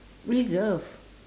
reserve